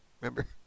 Remember